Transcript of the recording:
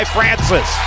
Francis